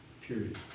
period